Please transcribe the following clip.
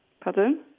Pardon